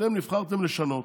אתם נבחרתם לשנות,